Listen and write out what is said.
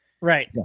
right